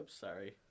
sorry